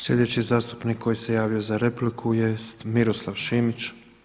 Sljedeći zastupnik koji se javio za repliku je Miroslav Šimić.